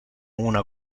una